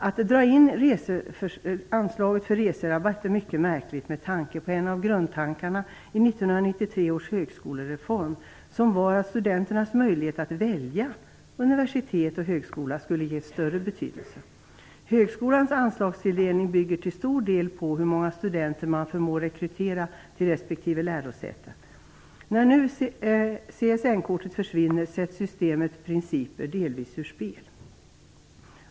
Att dra in anslaget till reserabatter är mycket märkligt med tanke på en av grundtankarna i 1993 års högskolereform, som innebar att studenternas möjlighet att välja universitet och högskola skulle ges större vikt. Högskolans anslagstilldelning bygger till stor del på hur många studenter man förmår rekrytera till respektive lärosäte. När nu CSN-kortet försvinner sätts systemets principer delvis ur spel.